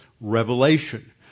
revelation